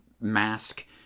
mask